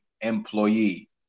employee